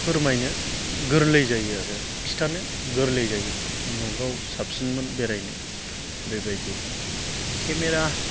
फोमायनो गोरलै जायो आरो खिथानो गोरलै जायो आरो उमुगआव साबसिनमोन बेरायनो बेबायदि केमेरा